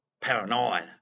Paranoid